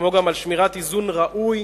כמו גם על שמירת איזון ראוי